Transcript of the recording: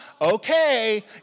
okay